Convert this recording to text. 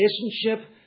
relationship